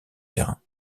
terrain